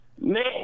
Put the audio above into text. man